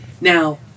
Now